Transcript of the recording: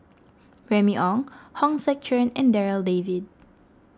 Remy Ong Hong Sek Chern and Darryl David